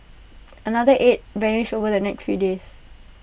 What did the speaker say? another eight vanished over the next few days